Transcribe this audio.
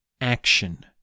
action